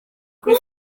kuri